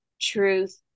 truth